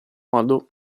modo